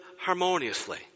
harmoniously